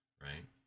right